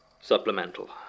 Supplemental